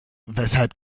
weshalb